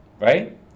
right